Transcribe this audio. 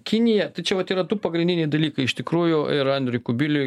kinija čia vat yra du pagrindiniai dalykai iš tikrųjų ir andriui kubiliui